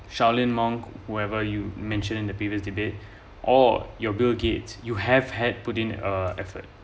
shaolin monk whoever you mentioned in the previous debate or you're bill gates you have had put in uh effort